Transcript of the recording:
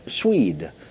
Swede